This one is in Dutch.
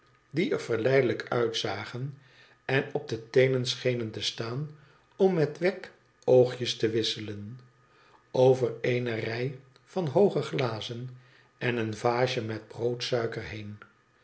die er verleidelijk uitzagen en op de teenen schenen te staan om met wegg oogjes te wisselen over eene rij van hooge glazen en een vaasje met broodsuiker heen